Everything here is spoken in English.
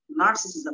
narcissism